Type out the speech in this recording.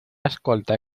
escolta